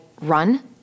run